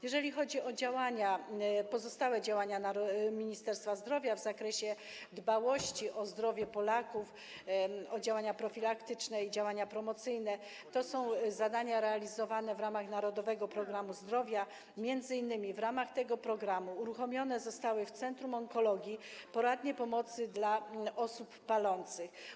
Jeżeli chodzi o pozostałe działania Ministerstwa Zdrowia w zakresie dbałości o zdrowie Polaków, o działania profilaktyczne i działania promocyjne, to są one realizowane w ramach „Narodowego programu zdrowia” i m.in. w ramach tego programu uruchomione zostały w Centrum Onkologii poradnie pomocy dla osób palących.